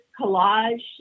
collage